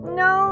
no